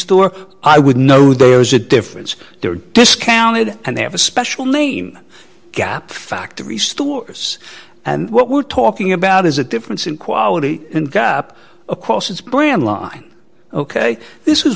store i would know there's a difference there discounted and they have a special name gap factory stores and what we're talking about is a difference in quality and gap across its brand line ok this is